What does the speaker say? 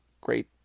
Great